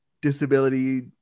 disability